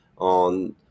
on